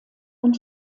und